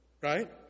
right